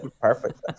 perfect